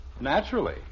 Naturally